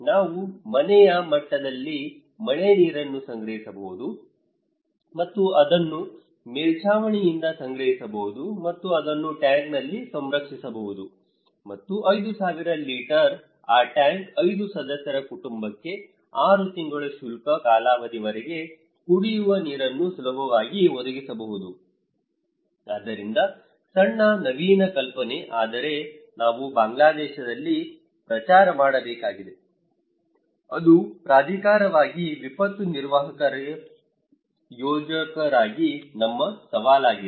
ನಾವು ಮನೆಯ ಮಟ್ಟದಲ್ಲಿ ಮಳೆನೀರನ್ನು ಸಂಗ್ರಹಿಸಬಹುದು ಮತ್ತು ಅದನ್ನು ಮೇಲ್ಛಾವಣಿಯಿಂದ ಸಂಗ್ರಹಿಸಬಹುದು ಮತ್ತು ಅದನ್ನು ಟ್ಯಾಂಕ್ನಲ್ಲಿ ಸಂರಕ್ಷಿಸಬಹುದು ಮತ್ತು 5000 ಲೀಟರ್ನ ಆ ಟ್ಯಾಂಕ್ 5 ಸದಸ್ಯರ ಕುಟುಂಬಕ್ಕೆ 6 ತಿಂಗಳ ಶುಷ್ಕ ಕಾಲದವರೆಗೆ ಕುಡಿಯುವ ನೀರನ್ನು ಸುಲಭವಾಗಿ ಒದಗಿಸಬಹುದು ಆದ್ದರಿಂದ ಸಣ್ಣ ನವೀನ ಕಲ್ಪನೆ ಆದರೆ ನಾವು ಬಾಂಗ್ಲಾದೇಶದಲ್ಲಿ ಪ್ರಚಾರ ಮಾಡಬೇಕಾಗಿದೆ ಅದು ಪ್ರಾಧಿಕಾರವಾಗಿ ವಿಪತ್ತು ನಿರ್ವಾಹಕರಾಗಿ ಯೋಜಕರಾಗಿ ನಮ್ಮ ಸವಾಲಾಗಿದೆ